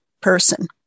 person